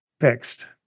fixed